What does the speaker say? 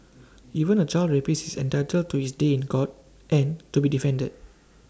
even A child rapist is entitled to his day in court and to be defended